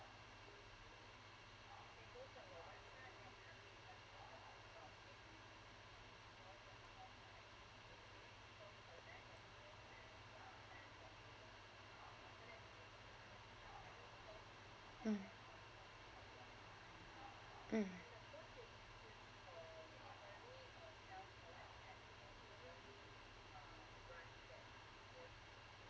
mm mm